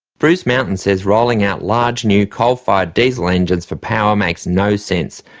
bruce mountain says rolling out large new coal-fired diesel engines for power makes no sense.